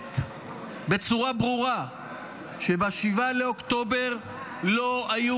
אומרת בצורה ברורה שב-7 באוקטובר לא היו